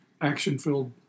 action-filled